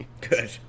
Good